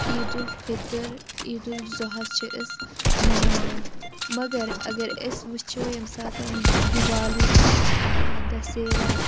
عیٖد الفطر عیٖد الضحیٰ چھِ أسۍ مناوان مگر اگر أسۍ وٕچھو ییٚمہِ ساتَن دیوالی چھِ آسان یا دَسیرا